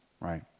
right